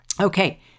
Okay